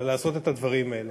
אלא לעשות את הדברים האלה.